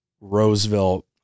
Roseville